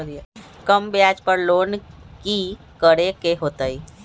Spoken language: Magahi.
कम ब्याज पर लोन की करे के होतई?